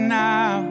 now